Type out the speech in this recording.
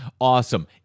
Awesome